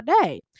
day